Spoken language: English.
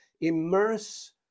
immerse